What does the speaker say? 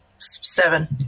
seven